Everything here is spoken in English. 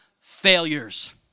failures